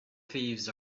thieves